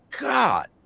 God